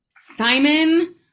Simon